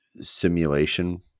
simulation